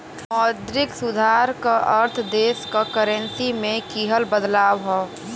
मौद्रिक सुधार क अर्थ देश क करेंसी में किहल बदलाव हौ